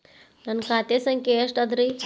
ನನ್ನ ಖಾತೆ ಸಂಖ್ಯೆ ಎಷ್ಟ ಅದರಿ?